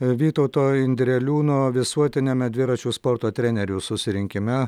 vytauto indreliūno visuotiniame dviračių sporto trenerių susirinkime